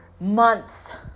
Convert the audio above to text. months